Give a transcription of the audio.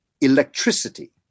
electricity